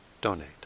donate